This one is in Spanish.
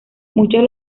muchos